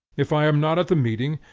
if i am not at the meeting,